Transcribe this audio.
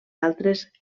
altres